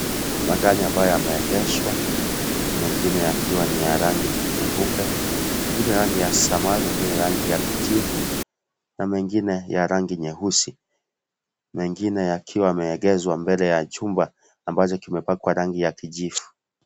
Magari ambayo yameegeshwa mengine yakiwa niya rangi nyeupe mengine rangi ya samawi, mengine rangi ya kijivu na mengine ya rangi nyeusi mengine yakiwa yameegezwa mbele ya chumba ambacho kimepakwa rangi ya kijivu.